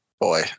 Boy